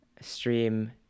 stream